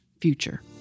future